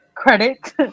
credit